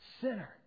Sinner